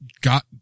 got